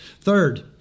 Third